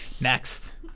Next